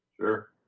Sure